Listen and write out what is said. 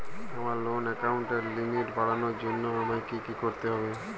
আমার লোন অ্যাকাউন্টের লিমিট বাড়ানোর জন্য আমায় কী কী করতে হবে?